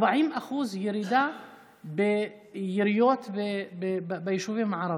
40% ירידה ביריות ביישובים הערביים.